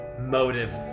motive